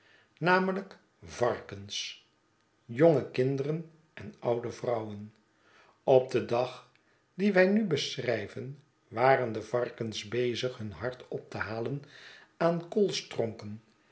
namelijk varkens jonge kinderen en oude vrouwen op den dag dien wij nu beschryven waren de varkens bezig hun hart optehalen aan